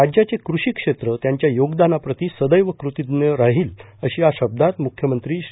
राज्याचे कूषी क्षेत्र त्यांच्या योगदानाप्रती सदैव कृतज्ञ राहील अशा शब्दात मुख्यमंत्री श्री